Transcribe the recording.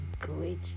great